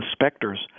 inspectors